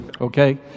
Okay